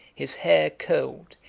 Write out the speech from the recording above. his hair curled,